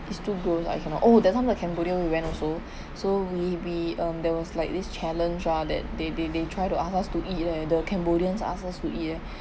it's too gross I cannot oh that time the cambodian we went also so we we um there was like this challenge ah that they they they try to ask us to eat leh the cambodians ask us to eat eh